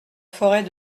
forêt